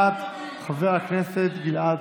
שאני לא התייחסתי אליה מספיק,